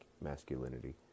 masculinity